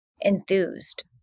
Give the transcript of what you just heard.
enthused